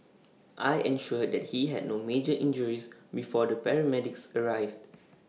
I ensured that he had no major injuries before the paramedics arrived